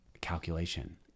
calculation